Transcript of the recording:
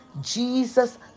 Jesus